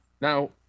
Now